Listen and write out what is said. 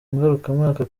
ngarukamwaka